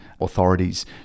authorities